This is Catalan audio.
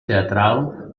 teatral